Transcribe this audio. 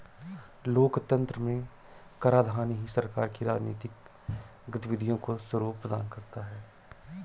लोकतंत्र में कराधान ही सरकार की राजनीतिक गतिविधियों को स्वरूप प्रदान करता है